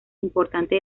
importante